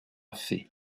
fait